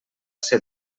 ser